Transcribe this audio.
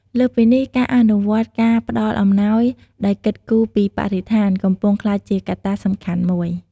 លើសពីនេះ ការអនុវត្តការផ្តល់អំណោយដោយគិតគូរពី បរិស្ថាន កំពុងក្លាយជាកត្តាសំខាន់មួយ។